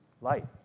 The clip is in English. light